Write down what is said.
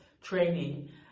training